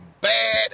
bad